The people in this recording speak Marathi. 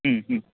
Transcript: हं हं